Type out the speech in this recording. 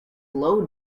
low